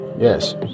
Yes